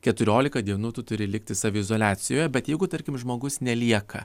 keturiolika dienų turi likti saviizoliacijoje bet jeigu tarkim žmogus nelieka